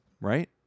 Right